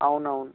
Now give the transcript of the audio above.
అవునవును